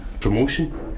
Promotion